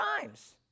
times